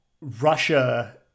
Russia